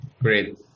great